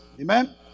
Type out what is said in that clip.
Amen